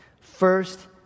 First